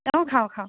অ' খাওঁ খাওঁ